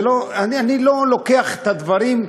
אני לא לוקח את הדברים,